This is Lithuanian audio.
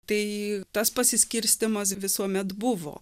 tai tas pasiskirstymas visuomet buvo